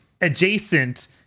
adjacent